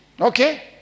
Okay